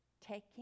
Taking